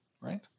Right